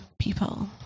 people